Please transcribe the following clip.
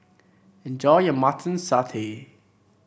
enjoy your Mutton Satay